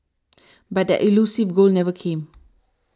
but that elusive goal never came